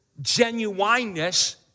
genuineness